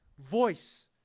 voice